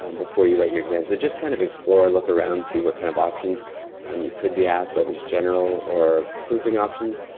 um before you write your exam. just kind of explore, look around, see what kind of options um you could be asked, whether it's general or proofing options.